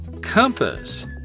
Compass